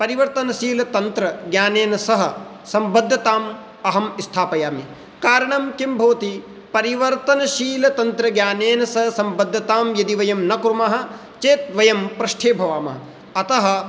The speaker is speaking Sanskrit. परिवर्तनशीलतन्त्रज्ञानेन सह सम्बद्धताम् अहं स्थापयामि कारणं किं भवति परिवर्तनशीलतन्त्रज्ञानेन सह सम्बद्धतां यदि वयं न कुर्मः चेत् वयं पृष्ठे भवामः अतः